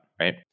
right